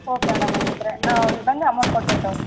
okay madam ಹಂಗಿದ್ರೆ ನಾವು ಇಲ್ಲಿ ಬಂದು ಅಮೌಂಟ್ ಕೊಡ್ತೀನಿ ತೊಗೊಳ್ರಿ